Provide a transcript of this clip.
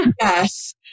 Yes